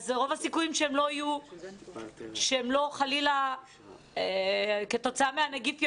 אז רוב הסיכויים שהם לא חלילה כתוצאה מהנגיף ימותו.